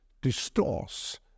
distorts